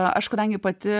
aš kadangi pati